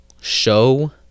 show